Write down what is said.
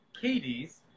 Katie's